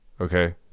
Okay